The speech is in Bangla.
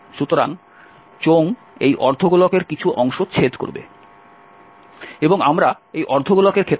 সুতরাং চোঙ এই অর্ধ গোলকের কিছু অংশ ছেদ করবে এবং আমরা এই অর্ধ গোলকের ক্ষেত্রফল কত তা নির্ণয় করতে চাই